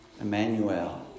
Emmanuel